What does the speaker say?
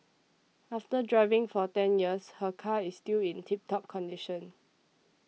after driving for ten years her car is still in tip top condition